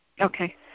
Okay